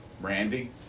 Randy